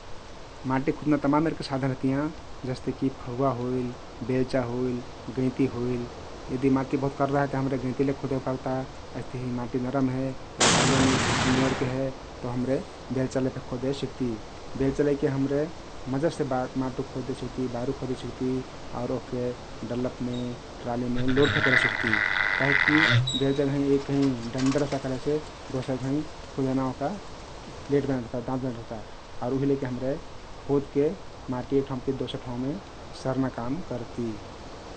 माटी खुद्ना तमाम मेरके साधन रहतियाँ । जस्ते कि फरुहा होइल, बेल्चा होइल, गैंती होइल यदि माटि बहुत कर्रा है ते हम्रे गैंती ले खोदे पर्ता । अइस्तहिं माटी नरम हे या बालुवा मेरके हे तउ हम्रे बेल्चा ले फे खोदे सिक्ती । बेल्चा लैके हम्रे मजासे बारु खोदे सिक्ती आउर ओहके डल्लफमे, ट्रालीमे लोड फे करे सिक्ती । बेल्चा घैं एक घैं डण्डा रजता कहलेसे दोसर घैं खुदना ओहका प्लेट बनाइल रहता, दाँत बनाइल रहता आउर उहि लैके हम्रे खोद्के माटी एक ठाउँ ति दोसर ठाउँमे सर्ना काम करती ।